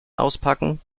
auspacken